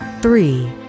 three